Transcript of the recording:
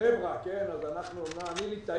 בבני-ברק אלא אני אומר